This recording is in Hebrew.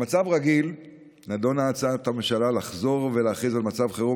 במצב רגיל נדונה הצעת הממשלה לחזור ולהכריז על מצב חירום